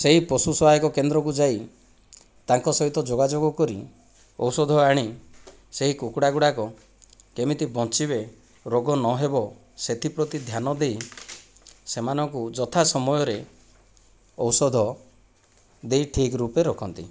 ସେହି ପଶୁ ସହାୟକ କେନ୍ଦ୍ରକୁ ଯାଇ ତାଙ୍କ ସହିତ ଯୋଗାଯୋଗ କରି ଔଷଧ ଆଣି ସେହି କୁକୁଡ଼ା ଗୁଡ଼ାକ କେମିତି ବଞ୍ଚିବେ ରୋଗ ନହେବ ସେଥିପ୍ରତି ଧ୍ୟାନ ଦେଇ ସେମାନଙ୍କୁ ଯଥା ସମୟରେ ଔଷଧ ଦେଇ ଠିକ୍ ରୂପେ ରଖନ୍ତି